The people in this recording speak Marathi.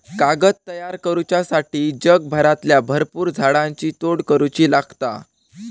कागद तयार करुच्यासाठी जगभरातल्या भरपुर झाडांची तोड करुची लागता